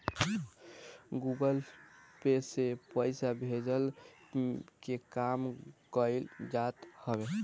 Google Pay से पईसा भेजला के काम कईल जात हवे